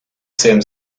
same